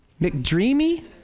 McDreamy